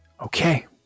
Okay